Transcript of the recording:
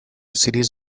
series